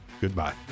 Goodbye